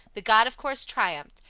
the god of course triumphed,